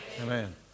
Amen